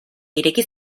ireki